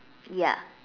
ya